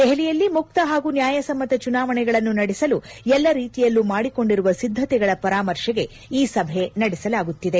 ದೆಹಲಿಯಲ್ಲಿ ಮುಕ್ತ ಹಾಗೂ ನ್ಯಾಯಸಮ್ಮತ ಚುನಾವಣೆಗಳನ್ನು ನಡೆಸಲು ಎಲ್ಲ ರೀತಿಯಲ್ಲೂ ಮಾಡಿಕೊಂಡಿರುವ ಸಿದ್ದತೆಗಳ ಪರಾಮರ್ಶೆಗೆ ಈ ಸಭೆ ನಡೆಸಲಾಗುತ್ತಿದೆ